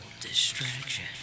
distraction